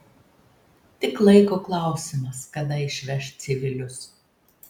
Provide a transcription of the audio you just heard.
tik laiko klausimas kada išveš civilius